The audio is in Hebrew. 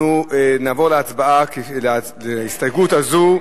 אנחנו נעבור להצבעה על ההסתייגות הזאת,